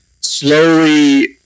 slowly